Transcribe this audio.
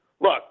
look